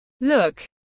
look